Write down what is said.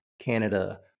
Canada